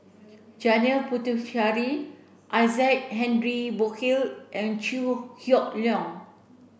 Janil Puthucheary Isaac Henry Burkill and Chew Hock Leong